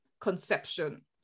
conception